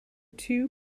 two